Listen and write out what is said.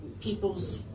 people's